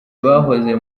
bahoze